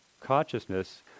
consciousness